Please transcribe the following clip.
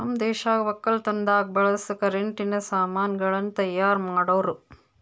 ನಮ್ ದೇಶದಾಗ್ ವಕ್ಕಲತನದಾಗ್ ಬಳಸ ಕರೆಂಟಿನ ಸಾಮಾನ್ ಗಳನ್ನ್ ತೈಯಾರ್ ಮಾಡೋರ್